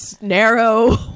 narrow